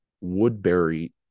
Woodbury